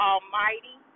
Almighty